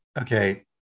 okay